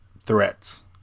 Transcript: threats